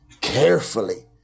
carefully